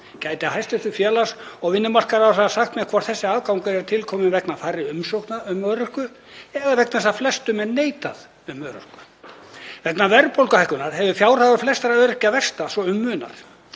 Gæti hæstv. félags- og vinnumarkaðsráðherra sagt mér hvort sá afgangur er til kominn vegna færri umsókna um örorku eða vegna þess að flestum er neitað um örorku? Vegna verðbólguhækkunar hefur fjárhagur flestra öryrkja versnað svo um munar.